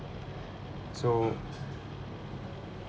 so